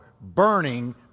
burning